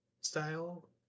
style